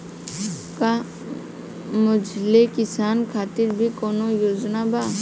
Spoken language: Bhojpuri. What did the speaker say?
का मझोले किसान खातिर भी कौनो योजना बा?